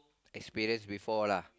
experience before lah